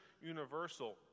universal